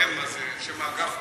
קדמה זה שם האגף בכנסת,